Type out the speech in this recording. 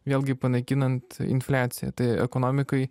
vėlgi panaikinant infliaciją tai ekonomikai